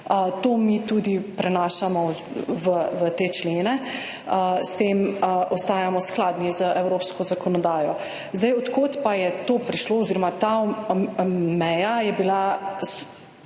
To mi tudi prenašamo v te člene. S tem ostajamo skladni z evropsko zakonodajo. Zdaj, od kod pa je to prišlo oziroma ta meja je bila